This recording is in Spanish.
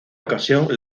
ocasión